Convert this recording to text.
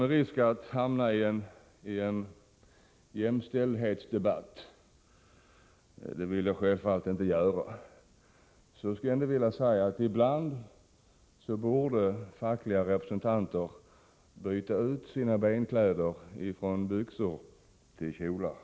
Med risk att hamna i en jämställdhetsdebatt — vilket jag självfallet inte vill göra — skulle jag vilja säga att ibland borde fackliga representanter byta ut sina benkläder från byxor till kjolar.